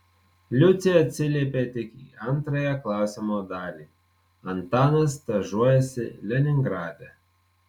liucė atsiliepė tik į antrąją klausimo dalį antanas stažuojasi leningrade